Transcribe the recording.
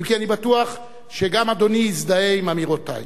אם כי אני בטוח שגם אדוני יזדהה עם אמירותי,